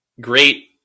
great